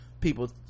people